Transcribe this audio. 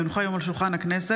כי הונחו היום על שולחן הכנסת,